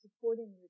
supporting